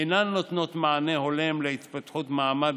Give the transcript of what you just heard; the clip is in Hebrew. אינן נותנות מענה הולם להתפתחות מעמד